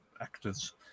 actors